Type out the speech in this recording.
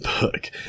book